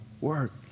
work